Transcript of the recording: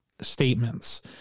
statements